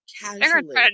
casually